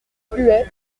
fluet